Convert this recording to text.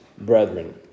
brethren